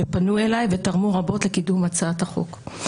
שפנו אליי ותרמו רבות לקידום הצעת החוק.